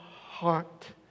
heart